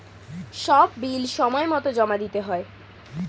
সব বিল সময়মতো জমা দিতে হয়